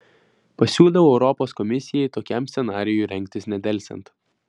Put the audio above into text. pasiūliau europos komisijai tokiam scenarijui rengtis nedelsiant